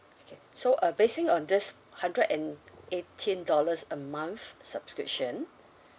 okay so uh basing on this hundred and eighteen dollars a month subscription